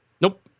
Nope